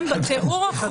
אין בעיה,